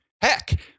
Heck